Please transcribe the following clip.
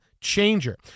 changer